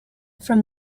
from